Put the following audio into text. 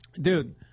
Dude